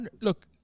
look